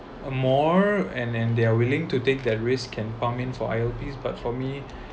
a more and then they are willing to take that risk can pump in for I_L_P's but for me